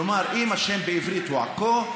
כלומר אם השם בעברית הוא עכו,